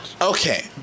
Okay